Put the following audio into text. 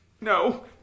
No